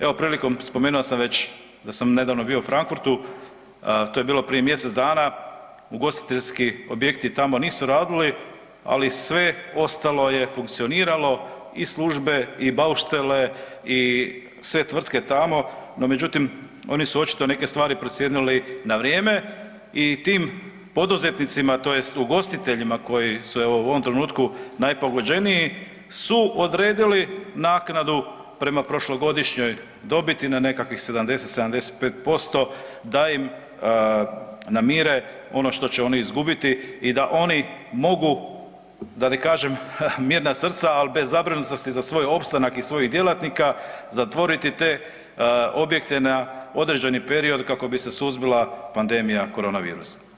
Evo, prilikom spomenuo sam već da sam nedavno bio u Frankfurtu, to je bilo prije mjesec dana, ugostiteljski objekti tamo nisu radili, ali sve ostalo je funkcioniralo, i službe i bauštele i sve tvrtke tamo, no međutim, oni su očito neke stvari procijenili na vrijeme i tim poduzetnicima, tj. ugostiteljima koji su evo u ovom trenutku najpogođeniji su odredili naknadu prema prošlogodišnjoj dobiti na nekakvih 70, 75% da im namire ono što će oni izgubiti i da oni mogu, da ne kažem mirna srca, ali bez zabrinutosti za svoj opstanak i svojih djelatnika zatvoriti te objekte na određeni period kako bi se suzbila pandemija koronavirusa.